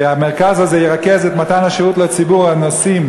והמרכז הזה ירכז את מתן השירות לציבור הנוסעים